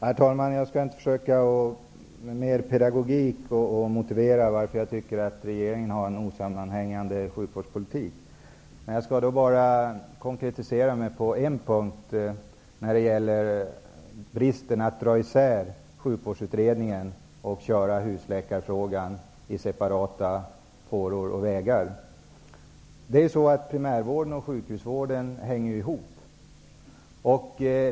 Herr talman! Jag skall inte försöka att med mera pedagogik motivera varför jag tycker att regeringen har en osammanhängande sjukvårdspolitik. I stället skall jag konkret ta upp en annan punkt. Det gäller då bristen att skilja ut sjukvårdsutredningen från husläkarfrågan. Dessa frågor drivs alltså i separata fåror. Primär och sjukhusvården hänger ihop.